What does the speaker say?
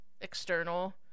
external